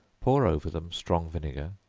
pour over them strong vinegar,